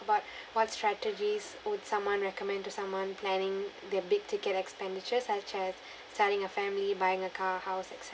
about what strategies would someone recommend to someone planning their big ticket expenditure such as starting a family buying a car house et cetera